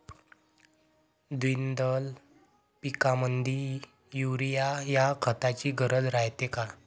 द्विदल पिकामंदी युरीया या खताची गरज रायते का?